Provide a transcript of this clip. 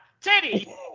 Teddy